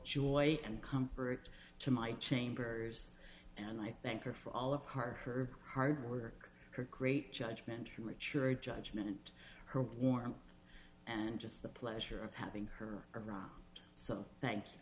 joy and comfort to my chambers and i thank her for all of hard her hard work her great judgment richard judgment her warmth and just the pleasure of having her around so thank you